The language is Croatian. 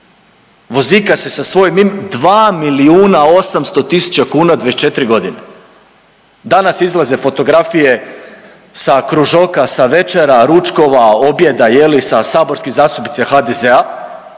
vozika se sa svojim 2 milijuna 800 tisuća kuna 24 godine. Danas izlaze fotografije sa kružoka, sa večera, ručkova, objeda je li sa saborskim zastupnicima HDZ-a,